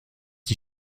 die